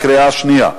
קריאה שנייה.